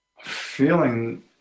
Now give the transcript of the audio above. feeling